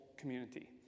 community